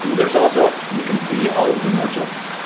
and there's also you can see all the merchants.